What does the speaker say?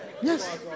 Yes